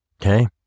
okay